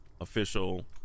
official